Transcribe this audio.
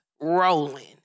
rolling